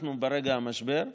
אנחנו ברגע משבר,